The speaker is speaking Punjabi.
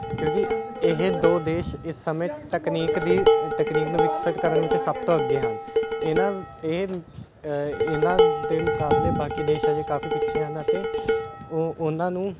ਕਿਉਂਕਿ ਇਹ ਦੋ ਦੇਸ਼ ਇਸ ਸਮੇਂ ਤਕਨੀਕ ਦੀ ਤਕਨੀਕ ਨੂੰ ਵਿਕਸਿਤ ਕਰਨ ਵਿੱਚ ਸਭ ਤੋਂ ਅੱਗੇ ਹਨ ਇਹਨਾਂ ਇਹ ਇਹਨਾਂ ਦੇ ਮੁਕਾਬਲੇ ਬਾਕੀ ਦੇਸ਼ ਅਜੇ ਕਾਫੀ ਪਿੱਛੇ ਹਨ ਅਤੇ ਉਹ ਉਹਨਾਂ ਨੂੰ